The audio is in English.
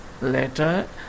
later